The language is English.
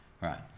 right